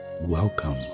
Welcome